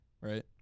right